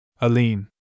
Aline